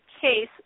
case